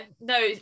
no